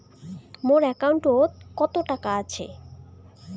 মোর একাউন্টত কত টাকা আছে?